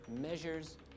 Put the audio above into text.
measures